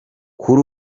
kuri